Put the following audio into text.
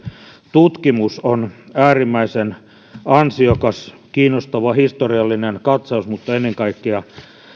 tutkimus on äärimmäisen ansiokas kiinnostava historiallinen katsaus mutta ennen kaikkea